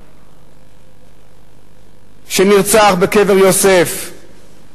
שנרצח בקבר יוסף,